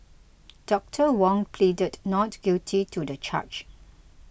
Doctor Wong pleaded not guilty to the charge